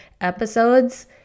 episodes